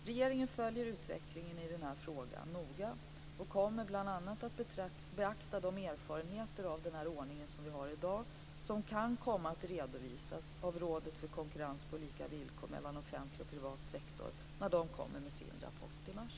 Regeringen följer noga utvecklingen i den här frågan och kommer bl.a. att beakta de erfarenheter av den ordning som vi har i dag som kan komma att redovisas av Rådet för konkurrens på lika villkor mellan offentlig och privat sektor när rådet kommer med sin rapport i mars.